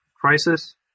crisis